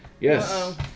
yes